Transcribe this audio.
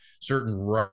certain